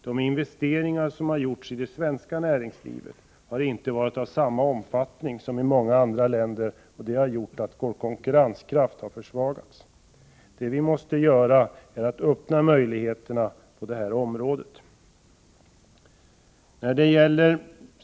De investeringar som har gjorts i det svenska näringslivet har inte varit av samma omfattning som i många andra länder, och det har gjort att vår konkurrenskraft har försvagats. Vad vi måste göra är att öppna möjligheterna på detta område.